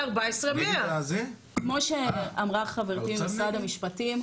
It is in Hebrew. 14,100. כמו שאמרה חברתי ממשרד המשפטים.